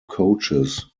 coaches